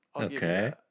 Okay